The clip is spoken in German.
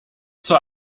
zur